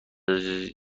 افزایش